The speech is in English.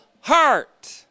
heart